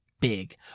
big